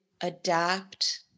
adapt